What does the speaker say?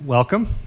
Welcome